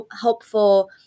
helpful